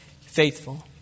faithful